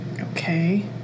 Okay